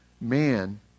man